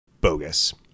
bogus